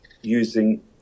using